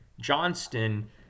Johnston